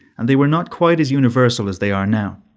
and they were not quite as universal as they are now.